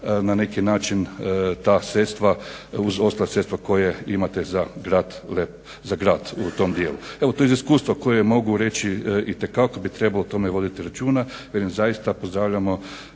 na neki način ta sredstva uz ostala sredstva koja imate za grad u tom dijelu. Evo tu iz iskustva koje mogu reći itekako bi trebalo o tome voditi računa. Velim zaista pozdravljamo